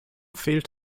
fehlt